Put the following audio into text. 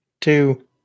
two